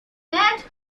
that